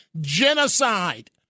genocide